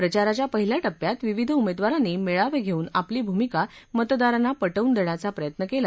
प्रचाराच्या पहिल्या टप्प्यात विविध उमेदवारांनी मेळावे घेऊन आपली भूमिका मतदारांना पटवून देण्याचा प्रयत्न केला